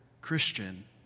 Christian